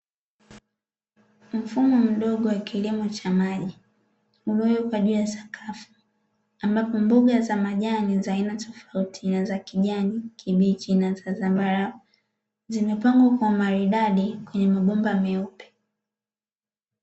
Mfumo mdogo wa kilimo cha maji uliowekwa juu ya sakafu, ambapo mboga za majani za aina tofauti na za kijani kibichi na za zambarau, zimepangwa kwa maridadi kwenye mabomba meupe.